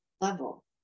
level